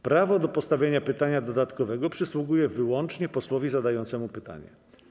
Prawo do postawienia pytania dodatkowego przysługuje wyłącznie posłowi zadającemu pytanie.